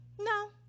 No